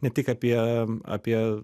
ne tik apie apie